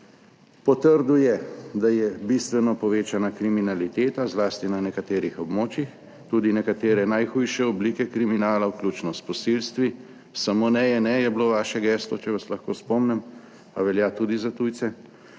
Potrdil je, da je bistveno povečana kriminaliteta, zlasti na nekaterih območjih, tudi nekatere najhujše oblike kriminala, vključno s posilstvi - "Samo ne, je ne!" - je bilo vaše geslo, če vas lahko spomnim, pa velja tudi za tujce